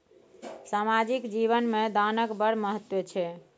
सामाजिक जीवन मे दानक बड़ महत्व छै